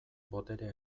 boterea